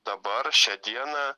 dabar šią dieną